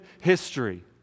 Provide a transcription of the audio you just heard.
history